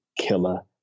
killer